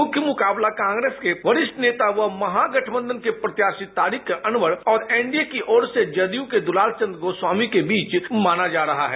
मुख्य मुकाबला कांग्रेस के वरिष्ठ नेता व महागठबंधन के प्रत्याशी तारिक अनवर और एनडीए की ओर से जदयू के दुलाल चंद्र गोस्वामी के बीच माना जा रहा है